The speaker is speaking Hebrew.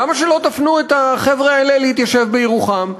למה שלא תפנו את החבר'ה האלה להתיישב בירוחם?